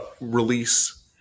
release